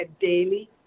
daily